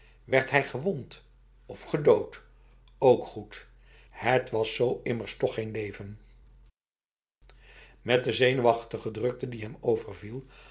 werd hij gewond of gedood ook goed het was z immers toch geen leven met de zenuwachtige drukte die hem overviel